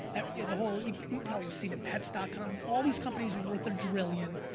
the whole, you've probably seen it, pets ah com, all these companies were worth a drillion,